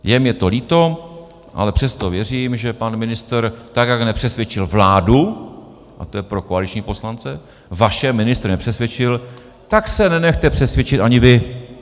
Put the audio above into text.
Je mi to líto, ale přesto věřím, že pan ministr, tak jak nepřesvědčil vládu, a to je pro koaliční poslance, vaše ministry nepřesvědčil, tak se nenechejte přesvědčit ani vy.